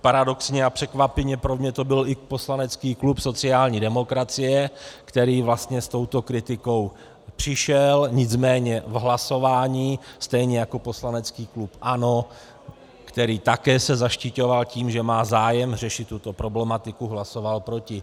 Paradoxně a překvapivě pro mne to byl i poslanecký klub sociální demokracie, který vlastně s touto kritikou přišel, nicméně v hlasování, stejně jako poslanecký klub ANO, který se také zaštiťoval tím, že má zájem řešit tuto problematiku, hlasoval proti.